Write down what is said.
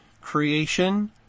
Creation